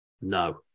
No